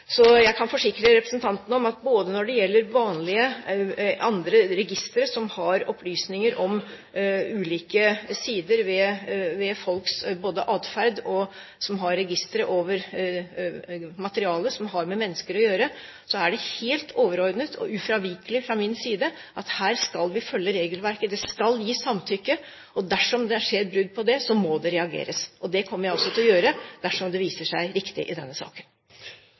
Jeg kan forsikre representanten om at både når det gjelder vanlige andre registre som har opplysninger om ulike sider ved folks atferd og over materiale som har med mennesker å gjøre, er det helt overordnet og ufravikelig fra min side at vi her skal følge regelverket, og at det skal gis samtykke. Dersom det skjer brudd på dette, må det reageres. Det kommer jeg også til å gjøre dersom det viser seg riktig i denne saken.